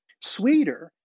sweeter